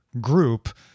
group